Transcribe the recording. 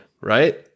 Right